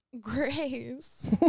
Grace